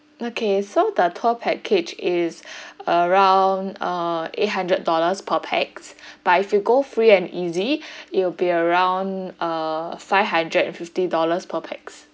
okay so the tour package is around uh eight hundred dollars per pax but if you go free and easy it will be around uh five hundred and fifty dollars per pax